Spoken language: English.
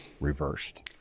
reversed